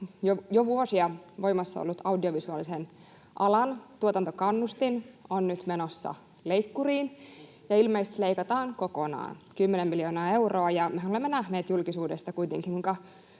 Jo vuosia voimassa ollut audiovisuaalisen alan tuotantokannustin on nyt menossa leikkuriin ja ilmeisesti leikataan kokonaan, 10 miljoonaa euroa. Mehän olemme nähneet julkisuudesta kuitenkin,